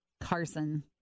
Carson